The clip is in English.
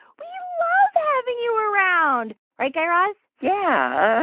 we love having you around. right, guy raz? yeah.